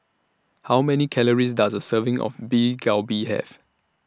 How Many Calories Does A Serving of Beef Galbi Have